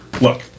Look